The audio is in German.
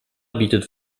bietet